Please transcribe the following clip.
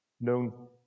known